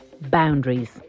boundaries